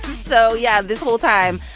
so yeah, this whole time,